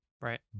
Right